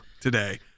today